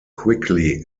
quickly